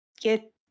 get